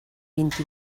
vint